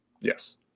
Yes